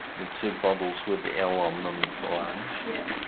the two bottles with the l on them for lunch. yeah